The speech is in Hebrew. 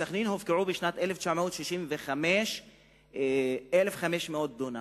בסח'נין הופקעו בשנת 1965 1,500 דונם,